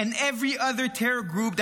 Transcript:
and every other terror group,